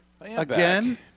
again